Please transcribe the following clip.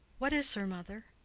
what is her mother?